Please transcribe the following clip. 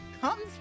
comes